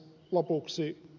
lopuksi